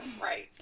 Right